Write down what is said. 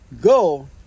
Go